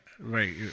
Right